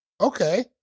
okay